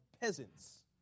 peasants